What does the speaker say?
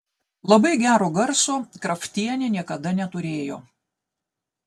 labai gero garso kraftienė niekada neturėjo